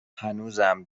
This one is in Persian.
هنوزم